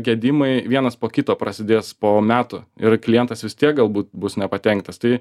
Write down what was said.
gedimai vienas po kito prasidės po metų ir klientas vis tiek galbūt bus nepatenkytas tai